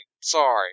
Sorry